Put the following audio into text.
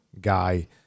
guy